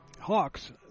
Hawks